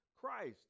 Christ